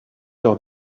lors